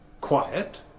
Quiet